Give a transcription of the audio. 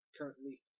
currently